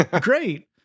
great